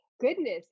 goodness